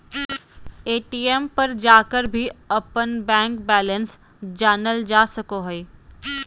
ATM पर जाकर भी अपन बैंक बैलेंस जानल जा सको हइ